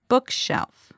Bookshelf